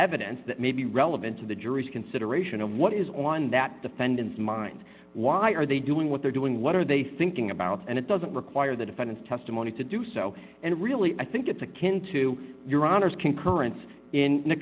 evidence that may be relevant to the jury's consideration of what is on that defendant's mind why are they doing what they're doing what are they thinking about and it doesn't require the defendant's testimony to do so and really i think it's akin to your honor's concurrence in